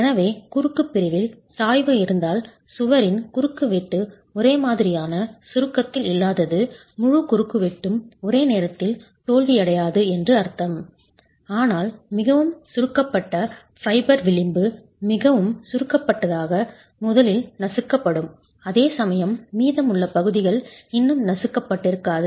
எனவே குறுக்கு பிரிவில் சாய்வு இருந்தால் சுவரின் குறுக்குவெட்டு ஒரே மாதிரியான சுருக்கத்தில் இல்லாதது முழு குறுக்குவெட்டும் ஒரே நேரத்தில் தோல்வியடையாது என்று அர்த்தம் ஆனால் மிகவும் சுருக்கப்பட்ட ஃபைபர் விளிம்பு மிகவும் சுருக்கப்பட்டதாக முதலில் நசுக்கப்படும் அதேசமயம் மீதமுள்ள பகுதிகள் இன்னும் நசுக்கப்பட்டிருக்காது